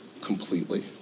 completely